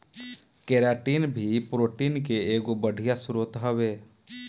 keratin भी protein के एगो बढ़िया स्रोत हवे